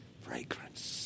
fragrance